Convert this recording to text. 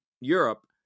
Europe